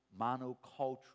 monocultural